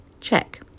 Check